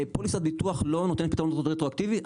פוליסת ביטוח לא נותן פתרון רטרואקטיבי,